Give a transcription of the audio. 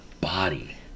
body